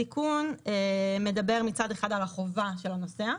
התיקון מדבר מצד אחד על החובה של הנוסע,